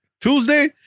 Tuesday